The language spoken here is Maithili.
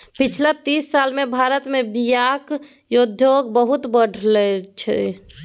पछिला तीस साल मे भारत मे बीयाक उद्योग बहुत बढ़लै यै